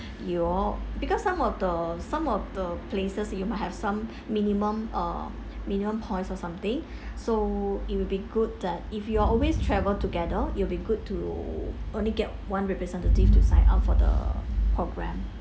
you all because some of the some of the places you might have some minimum uh minimum points or something so it will be good that if you're always travel together it'll be good to only get one representative to sign up for the program